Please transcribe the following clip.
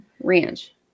ranch